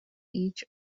each